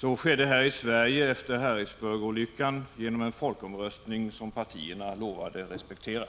Så skedde här i Sverige efter Harrisburgolyckan genom en folkomröstning som partierna lovade respektera.